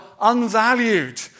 unvalued